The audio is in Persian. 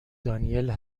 دانیل